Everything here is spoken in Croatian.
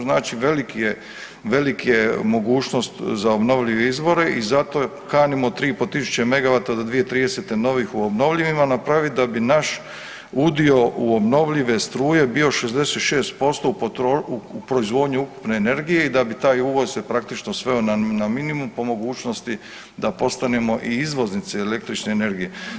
Znači, veliki, veliki je mogućnost za obnovljive izvore i zato kanimo 3,5 tisuća MW do 2030. novih u obnovljivima napravit da bi naš udio u obnovljive struje bio 66% u proizvodnji ukupne energije i da bi taj uvoz se praktično sveo na minimum po mogućnosti da postanemo i izvoznici električne energije.